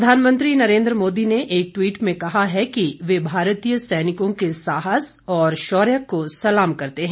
प्रधानमंत्री नरेन्द्र मोदी ने एक ट्वीट में कहा है कि वे भारतीय सैनिकों के साहस और शौर्य को सलाम करते हैं